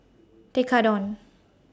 Tekkadon